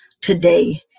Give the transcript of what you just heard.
today